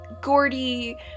Gordy